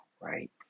right